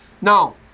Now